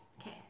Okay